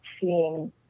seeing